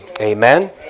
Amen